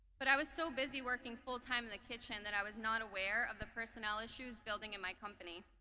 but i was so busy working full time, and the kids kitchen that i was not aware of the personnel issues building in my company.